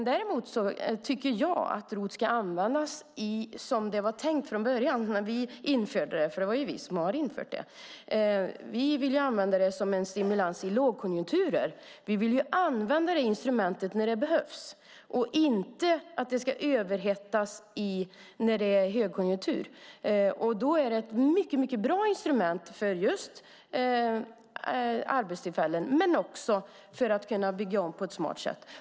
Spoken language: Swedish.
Däremot tycker jag att ROT ska användas som det var tänkt från början, när vi införde det, för det var ju vi som införde det. Vi ville använda det som en stimulans i lågkonjunkturer. Vi ville använda det instrumentet när det behövs - inte så att det ska bli överhettning när det är högkonjunktur. Då är det ett mycket bra instrument för just arbetstillfällen men också för att kunna bygga om på ett smart sätt.